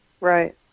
Right